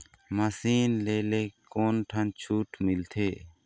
Machine ले ले कोन ठन छूट मिलथे?